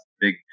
big